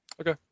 Okay